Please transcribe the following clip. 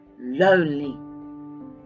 lonely